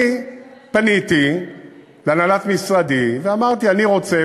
אני פניתי להנהלת משרדי ולהנהלת הרכבת ואמרתי: אני רוצה,